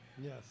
Yes